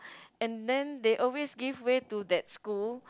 and then they always give way to that school